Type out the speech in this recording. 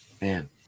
man